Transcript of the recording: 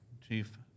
chief